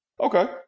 Okay